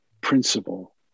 principle